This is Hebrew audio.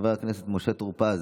חבר הכנסת משה טור פז,